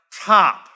top